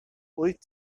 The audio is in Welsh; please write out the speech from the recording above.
wyt